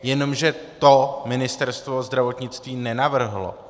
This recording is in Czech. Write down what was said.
Jenomže to Ministerstvo zdravotnictví nenavrhlo.